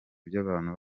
by’abantu